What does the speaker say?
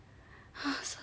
ah so sweet